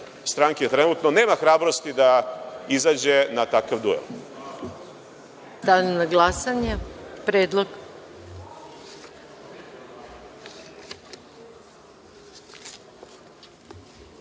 stranke trenutno nema hrabrosti da izađe na takav duel.